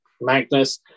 Magnus